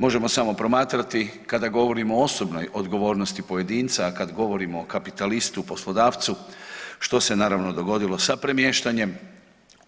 Možemo samo promatrati kada govorimo o osobnoj odgovornosti pojedinca, a kada govorimo o kapitalistu poslodavcu što se naravno dogodilo sa premještanjem